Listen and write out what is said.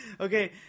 Okay